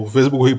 Facebook